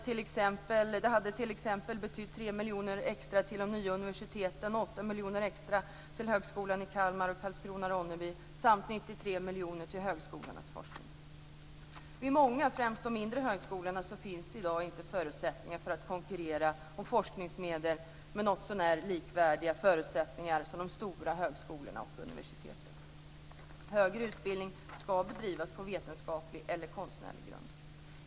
Det hade t.ex. betytt 3 miljoner extra till de nya universiteten och 8 miljoner extra till Högskolan i Kalmar respektive Karlskrona/Ronneby samt Vid många, främst mindre, högskolor finns i dag inte förutsättningar för att konkurrera om forskningsmedel med något så när likvärdiga förutsättningar med de stora högskolorna och universiteten. Högre utbildning ska bedrivas på vetenskaplig eller konstnärlig grund.